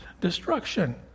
destruction